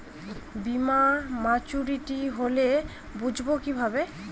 বীমা মাচুরিটি হলে বুঝবো কিভাবে?